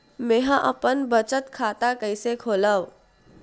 मेंहा अपन बचत खाता कइसे खोलव?